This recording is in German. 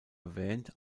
erwähnt